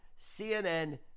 CNN